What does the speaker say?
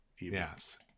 yes